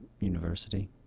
university